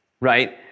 Right